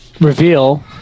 reveal